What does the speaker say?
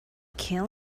kill